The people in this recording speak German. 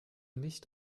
nicht